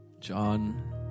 John